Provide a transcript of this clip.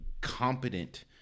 competent